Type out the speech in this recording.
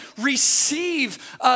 receive